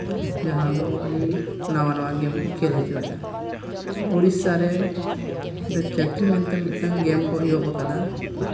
ᱡᱟᱦᱟᱸ ᱫᱚ ᱟᱹᱰᱤ ᱱᱟᱣᱟ ᱱᱟᱣᱟ ᱜᱮᱹᱢ ᱠᱚ ᱠᱷᱮᱹᱞ ᱦᱚᱪᱚᱭᱮᱫᱼᱟ ᱩᱲᱤᱥᱥᱟ ᱨᱮᱫᱚ ᱪᱟᱹᱠᱤ ᱢᱮᱱᱛᱮ ᱢᱤᱫᱴᱟᱱ ᱜᱮᱹᱢ ᱮᱦᱚᱵ ᱟᱠᱟᱫᱟ